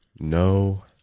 No